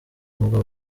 nubwo